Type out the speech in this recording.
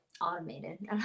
automated